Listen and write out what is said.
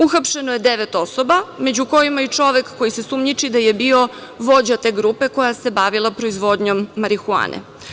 Uhapšeno je devet osoba, među kojima i čovek koji se sumnjiči da je bio vođa te grupe koja se bavila proizvodnjom marihuane.